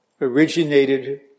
originated